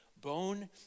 bone